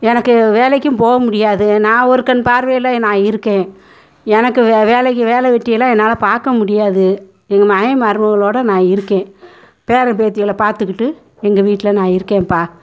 எனக்கு வேலைக்கும் போக முடியாது நான் ஒரு கண் பார்வையில் நான் இருக்கேன் எனக்கு வே வேலைக்கு வேலை வெட்டியெல்லாம் என்னால் பார்க்க முடியாது எங்கள் மகன் மருமகளோடு நான் இருக்கேன் பேரன் பேத்திகளைப் பார்த்துக்கிட்டு எங்கள் வீட்டில் நான் இருக்கேன்ப்பா